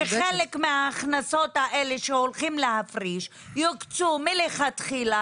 שחלק מההכנסות האלה שהולכים להפריש יוקצו מלכתחילה